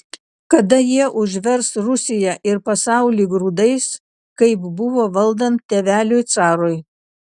kada jie užvers rusiją ir pasaulį grūdais kaip buvo valdant tėveliui carui